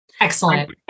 Excellent